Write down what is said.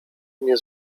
mnie